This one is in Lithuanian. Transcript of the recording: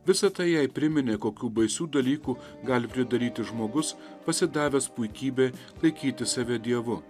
visa tai jai priminė kokių baisių dalykų gali pridaryti žmogus pasidavęs puikybė laikyti save dievu